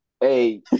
Hey